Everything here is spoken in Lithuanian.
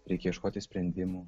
reikia ieškoti sprendimų